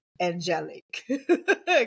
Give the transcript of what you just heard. angelic